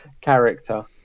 character